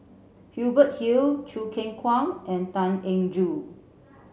Hubert Hill Choo Keng Kwang and Tan Eng Joo